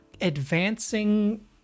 advancing